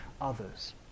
others